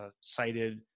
cited